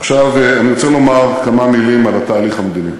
עכשיו אני רוצה לומר כמה מילים על התהליך המדיני.